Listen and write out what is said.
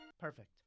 Perfect